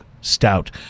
Stout